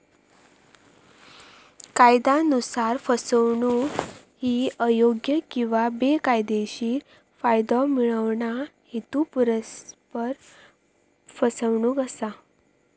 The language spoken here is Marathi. कायदयानुसार, फसवणूक ही अयोग्य किंवा बेकायदेशीर फायदो मिळवणा, हेतुपुरस्सर फसवणूक असा